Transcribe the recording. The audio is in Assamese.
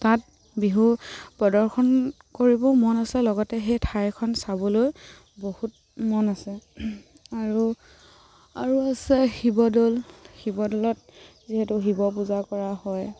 তাত বিহু প্ৰদৰ্শন কৰিবও মন আছে লগতে সেই ঠাইখন চাবলৈ বহুত মন আছে আৰু আৰু আছে শিৱদৌল শিৱদৌলত যিহেতু শিৱ পূজা কৰা হয়